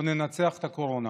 וננצח את הקורונה.